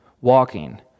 walking